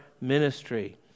ministry